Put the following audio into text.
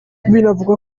binavugwa